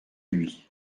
lui